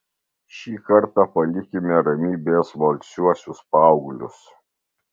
šį kartą palikime ramybėje smalsiuosius paauglius